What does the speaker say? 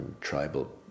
tribal